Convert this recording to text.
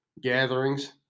gatherings